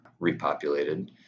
repopulated